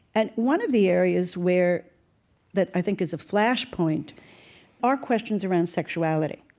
and one of the areas where that i think is a flash point are questions around sexuality,